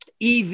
EV